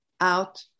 out